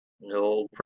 No